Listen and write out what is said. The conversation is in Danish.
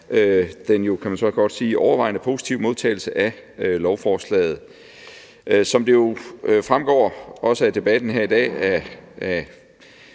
sige, overvejende positive modtagelse af lovforslaget. Som det også fremgår af debatten her i dag,